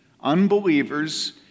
Unbelievers